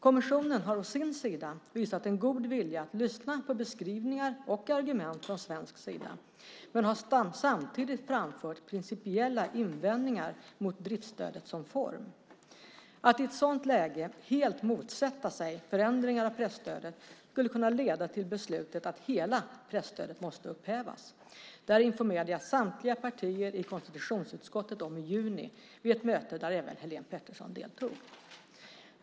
Kommissionen har å sin sida visat en god vilja att lyssna på beskrivningar och argument från svensk sida, men har samtidigt framfört principiella invändningar mot driftsstödet som form. Att i ett sådant läge helt motsätta sig förändringar i presstödet skulle kunna leda till beslutet att hela presstödet måste upphävas. Detta informerade jag samtliga partier i konstitutionsutskottet om i juni, vid ett möte där även Helene Petersson deltog.